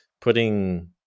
putting